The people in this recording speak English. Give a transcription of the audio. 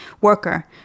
worker